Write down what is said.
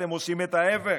אתם עושים את ההפך,